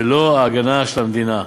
בלא ההגנה של המדינה.